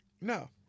No